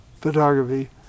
photography